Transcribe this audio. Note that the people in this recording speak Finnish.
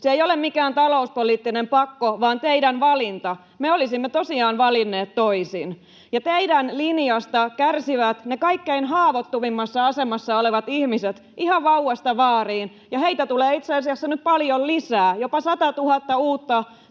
Se ei ole mikään talouspoliittinen pakko, vaan teidän valintanne. Me olisimme tosiaan valinneet toisin. Ja teidän linjastanne kärsivät ne kaikkein haavoittuvimmassa asemassa olevat ihmiset ihan vauvasta vaariin. Heitä tulee itse asiassa nyt paljon lisää, jopa 100 000 uutta